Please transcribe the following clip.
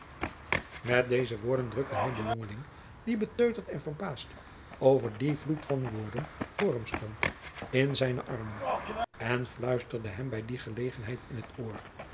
met deze woorden drukte hij den jongeling die beteuterd en verbaasd over dien vloed van woorden voor hem stond in zijne armen en fluisterde hem bij die gelegenheid in t oor